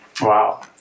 Wow